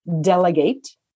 delegate